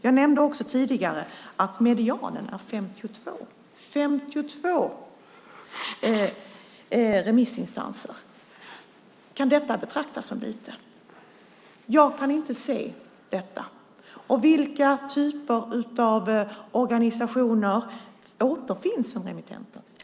Jag nämnde också tidigare att medianen är 52 remissinstanser. Kan detta betraktas som lite? Jag kan inte se det. Vilka typer av organisationer återfinns bland remittenter?